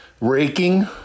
raking